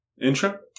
Intro